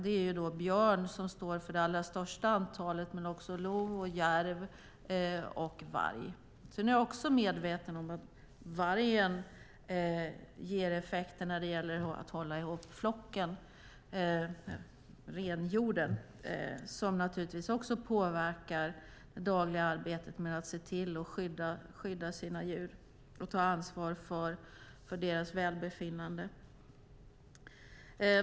Det är björn som står för det största antalet, men det är också lo, järv och varg. Jag är medveten om att vargen ger effekter när det gäller att hålla ihop renhjorden, vilket naturligtvis också påverkar det dagliga arbetet med att se till och skydda sina djur och ta ansvar för deras välbefinnande.